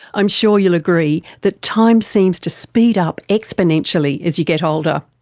i'm sure you'll agree that time seems to speed up exponentially as you get older.